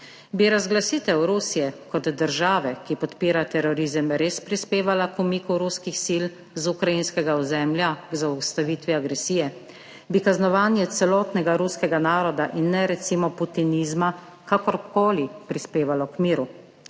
Bi razglasitev Rusije kot države, ki podpira terorizem, res prispevala k umiku ruskih sil z ukrajinskega ozemlja z zaustavitev agresije? Bi kaznovanje celotnega ruskega naroda in ne recimo putinizma, kakorkoli prispevalo k miru?